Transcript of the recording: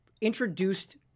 introduced-